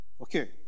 Okay